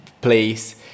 place